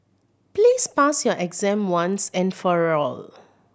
please pass your exam once and for all